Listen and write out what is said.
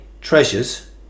treasures